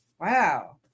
Wow